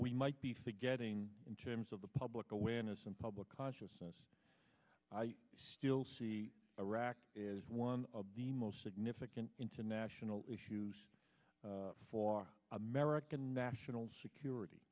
we might be forgetting in terms of the public awareness and public consciousness i still see iraq is one of the most significant international issues for american national security